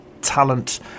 talent